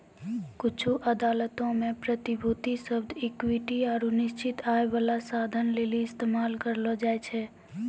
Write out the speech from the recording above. कुछु अदालतो मे प्रतिभूति शब्द इक्विटी आरु निश्चित आय बाला साधन लेली इस्तेमाल करलो जाय छै